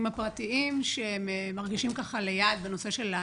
הפרטיים שמרגישים ככה "ליד" בנושא של הסבסוד,